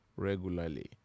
regularly